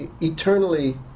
eternally